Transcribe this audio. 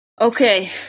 Okay